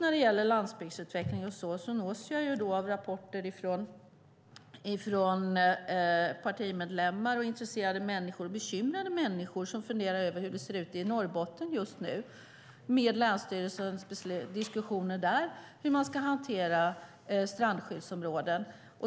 När det gäller landsbygdsutveckling nås jag av rapporter från partimedlemmar och intresserade och bekymrade människor som funderar över hur det ser ut i Norrbotten just nu med länsstyrelsens diskussioner där om hur man ska hantera strandskyddsområden.